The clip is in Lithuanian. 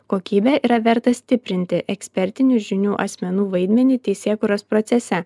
kokybę yra verta stiprinti ekspertinių žinių asmenų vaidmenį teisėkūros procese